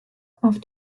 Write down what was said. auf